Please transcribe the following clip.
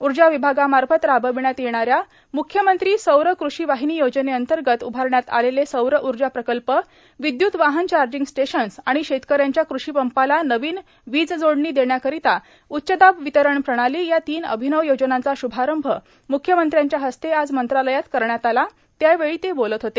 ऊर्जा विभागामार्फत राबविण्यात येणाऱ्या मुख्यमंत्री सौर कृषी वाहिनी योजनेअंतर्गत उभारण्यात आलेले सौर ऊर्जा प्रकल्प विद्य्त वाहन चार्जिंग स्टेशन्स आणि शेतकऱ्यांच्या कृषीपंपाला नवीन वीज जोडणी देण्याकरिता उच्चदाब वितरण प्रणाली या तीन अभिनव योजनांचा श्भारंभ म्ख्यमंत्र्यांच्या हस्ते आज मंत्रालयात करण्यात आला त्यावेळी ते बोलत होते